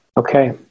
Okay